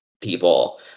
people